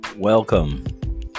Welcome